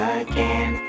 again